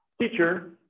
Teacher